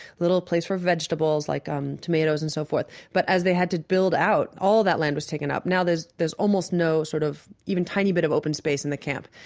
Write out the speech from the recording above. little place for vegetables like um tomatoes and so forth. but as they had to build out, all of that land was taken up. now there's there's almost no sort of even tiny bit of open space in the camp.